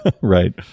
Right